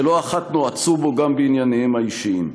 שלא אחת נועצו בו גם בענייניהם האישיים.